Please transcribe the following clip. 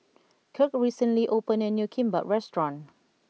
Kirk recently opened a new Kimbap restaurant